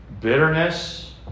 bitterness